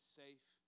safe